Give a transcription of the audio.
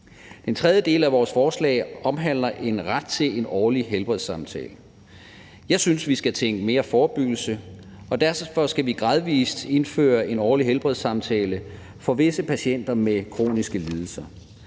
Den tredje del af vores forslag omhandler en ret til en årlig helbredssamtale. Jeg synes, vi skal tænke mere forebyggelse, og derfor skal vi gradvis indføre en årlig helbredssamtale for visse patienter med kroniske lidelser.